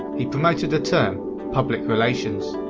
he promoted the term public relations.